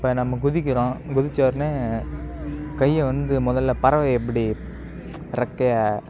இப்போ நம்ம குதிக்கிறோம் குதித்த உடனே கையை வந்து முதல்ல பறவை எப்படி இறக்கையை